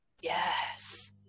Yes